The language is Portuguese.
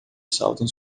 saltam